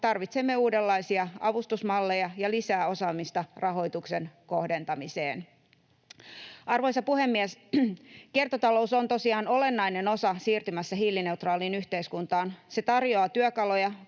tarvitsemme uudenlaisia avustusmalleja ja lisää osaamista rahoituksen kohdentamiseen. Arvoisa puhemies! Kiertotalous on tosiaan olennainen osa siirtymässä hiilineutraaliin yhteiskuntaan. Se tarjoaa työkaluja